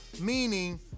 meaning